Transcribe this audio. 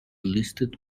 listed